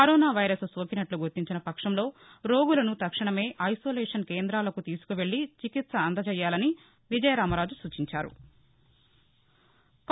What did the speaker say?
corona virus సోకినట్లు గుర్తించిన పక్షంలో రోగులను తక్షణమే ఐసోలేషన్ కేంద్రాలకు తీసుకువెళ్ళి చికిత్స అందించాలని కూడా విజయరామరాజు సూచించారు